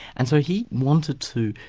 and so he wanted to,